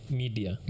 media